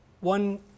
one